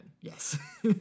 yes